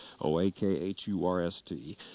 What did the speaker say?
O-A-K-H-U-R-S-T